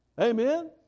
Amen